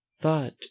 thought